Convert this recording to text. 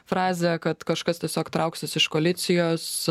frazė kad kažkas tiesiog trauksis iš koalicijos